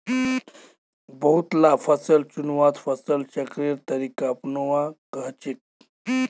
बहुत ला फसल चुन्वात फसल चक्रेर तरीका अपनुआ कोह्चे